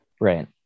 Right